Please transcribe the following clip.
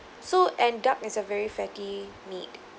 so end up is a very flaky meat